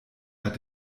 hat